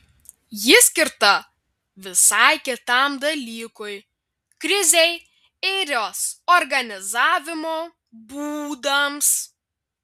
ji skirta visai kitam dalykui krizei ir jos organizavimo būdams